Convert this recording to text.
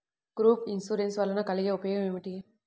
Group insurance వలన కలిగే ఉపయోగమేమిటీ?